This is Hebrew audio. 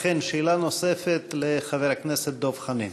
אכן, שאלה נוספת לחבר הכנסת דב חנין.